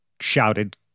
shouted